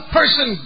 person